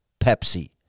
Pepsi